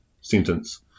sentence